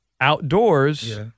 outdoors